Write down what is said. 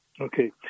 Okay